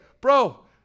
bro